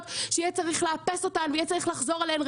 שיהיה צריך לאפס אותן ויהיה צריך לחזור עליהן,